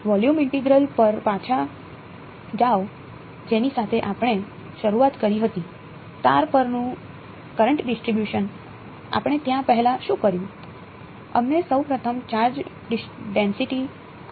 volume integral શોધવા માટે કર્યો